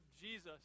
Jesus